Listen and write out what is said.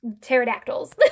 pterodactyls